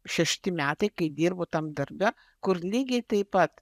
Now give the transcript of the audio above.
šešti metai kai dirbu tam darbe kur lygiai taip pat